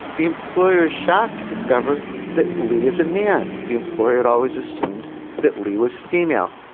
the employer is shocked to discover that lee is a man the employee had always assumed that lee was female.